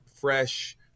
fresh